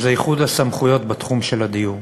איחוד הסמכויות בתחום של הדיור.